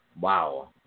wow